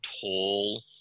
tall